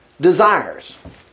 desires